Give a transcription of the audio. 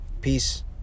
peace